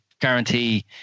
guarantee